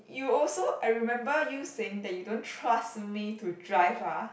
you also I remember you saying that you don't trust me to drive ah